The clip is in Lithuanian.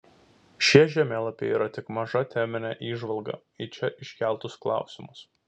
šie žemėlapiai yra tik maža teminė įžvalga į čia iškeltus klausimus